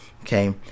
okay